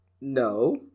No